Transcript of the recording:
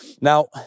Now